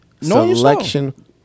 selection